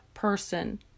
person